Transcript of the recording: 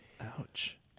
Ouch